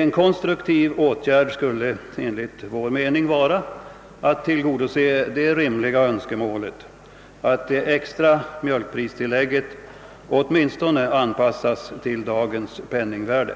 En konstruktiv åtgärd skulle enligt vår mening vara att tillgodose det rimliga önskemålet att det extra mjölkpristillägget åtminstone anpassas till dagens penningvärde.